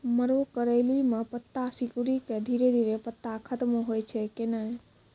मरो करैली म पत्ता सिकुड़ी के धीरे धीरे पत्ता खत्म होय छै कैनै?